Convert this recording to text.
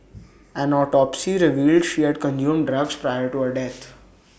an autopsy revealed she had consumed drugs prior to her death